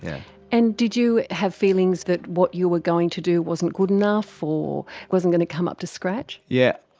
yeah and did you have feelings that what you were going to do wasn't good enough or wasn't going to come up to scratch? yeah